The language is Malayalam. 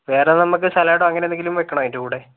വേറെ നമുക്ക് സലാഡോ അങ്ങനെന്തെങ്കിലും വെക്കണോ അതിൻ്റെ കൂടെ